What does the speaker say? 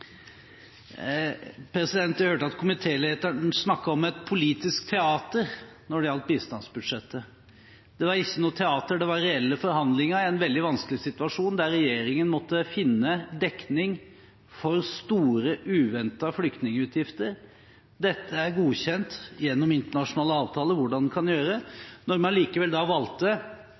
Jeg hørte at komitélederen snakket om et politisk teater når det gjaldt bistandsbudsjettet. Det var ikke noe teater, det var reelle forhandlinger i en veldig vanskelig situasjon, der regjeringen måtte finne dekning for store, uventede flyktningutgifter. Det er godkjent gjennom internasjonale avtaler hvordan dette kan